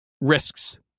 risks